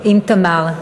עם תמר,